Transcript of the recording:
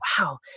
wow